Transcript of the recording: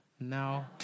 now